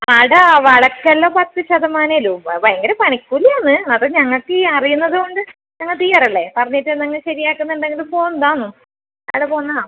അവിടെ വളയ്ക്ക് എല്ലാം പത്ത് ശതമാനമേ ഇല്ലു ഭയങ്കരം പണിക്കൂലി ആണ് അത് ഞങ്ങൾക്ക് ഈ അറിയുന്നതുകൊണ്ട് ഞങ്ങൾ തീയ്യർ അല്ലേ പറഞ്ഞിട്ട് എന്തെങ്കിലും ശരി ആക്കുന്നണ്ടെങ്കിൽ പോകുന്നോ